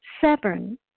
Seven